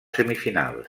semifinals